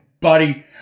Buddy